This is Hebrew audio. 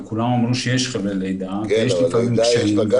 וכולם אמרו שיש חבלי לידה -- גם ללידה יש זמן